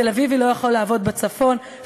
תל-אביבי לא יכול לעבוד בצפון,